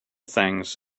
things